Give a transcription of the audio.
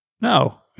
No